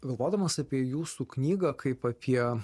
galvodamas apie jūsų knygą kaip apie